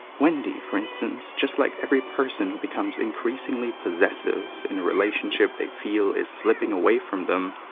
wendy for instance, just like every person who becomes increasingly possessive in a relationship they feel is slipping away from them,